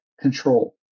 control